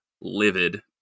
livid